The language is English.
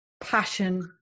passion